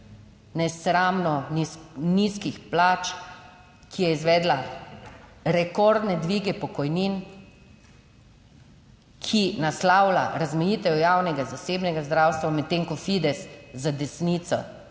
nesramno nizkih plač, ki je izvedla rekordne dvige pokojnin, ki naslavlja razmejitev javnega in zasebnega zdravstva, medtem, ko Fides za desnico